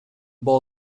ball